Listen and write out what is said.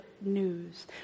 news